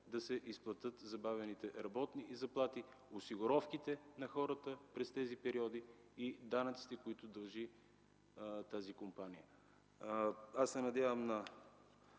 да се изплатят забавените работни заплати и осигуровките на хората през тези периоди, и данъците, които дължи тази компания. Надям се